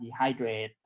dehydrate